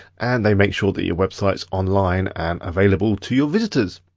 and they make sure that your website's online and available to your visitors.